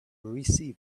receive